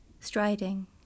striding